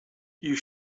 you